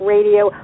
Radio